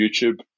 youtube